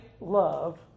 love